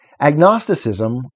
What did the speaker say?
Agnosticism